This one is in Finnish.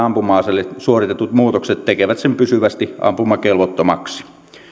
ampuma aseelle suoritetut muutokset tekevät sen pysyvästi ampumakelvottomaksi